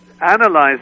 analyze